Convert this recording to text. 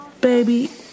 Baby